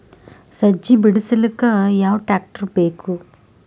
ಸಜ್ಜಿ ಬಿಡಿಸಿಲಕ ಯಾವ ಟ್ರಾಕ್ಟರ್ ಬೇಕ?